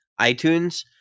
iTunes